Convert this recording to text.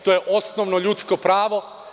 To je osnovno ljudsko pravo.